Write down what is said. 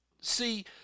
See